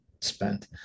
spent